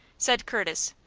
said curtis,